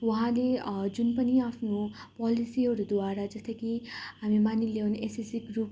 उहाँले जुन पनि आफ्नो पोलिसीहरूद्वारा जस्तो हामी मानिलियौँ एसएचजी ग्रुप